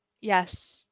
Yes